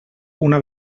una